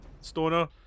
stoner